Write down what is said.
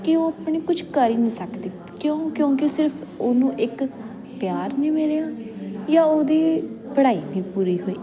ਕਿ ਉਹ ਆਪਣੇ ਕੁਛ ਕਰ ਹੀ ਨਹੀਂ ਸਕਦੀ ਕਿਉਂ ਕਿਉਂਕਿ ਸਿਰਫ ਉਹਨੂੰ ਇੱਕ ਪਿਆਰ ਨਹੀਂ ਮਿਲਿਆ ਜਾਂ ਉਹਦੀ ਪੜ੍ਹਾਈ ਨਹੀਂ ਪੂਰੀ ਹੋਈ